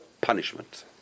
punishment